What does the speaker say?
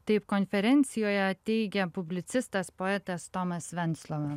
taip konferencijoje teigė publicistas poetas tomas venclova